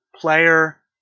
player